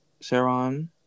Sharon